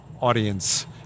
audience